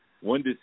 one